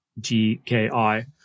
GKI